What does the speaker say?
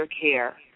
care